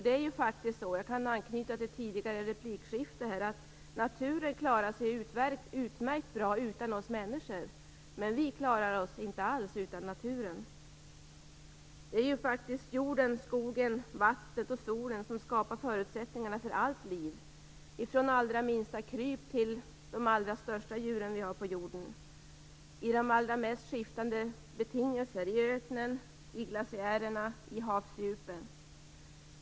Det är ju faktiskt så, för att anknyta till tidigare replikskifte, att naturen klarar sig utmärkt bra utan oss människor. Men vi klarar oss inte alls utan naturen. Det är ju faktiskt jorden, skogen, vattnet och solen som skapar förutsättningarna för allt liv, från allra minsta kryp till de allra största djuren som vi har på jorden, i de allra mest skiftande betingelser - i öknen, i glaciärerna och i havsdjupen.